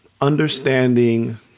understanding